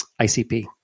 ICP